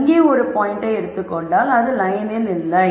நான் இங்கே ஒரு பாயிண்டை எடுத்துக் கொண்டால் அது லயனில் இல்லை